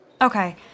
okay